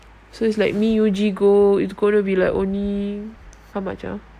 so it's like me you G go it's gonna be like only how much ah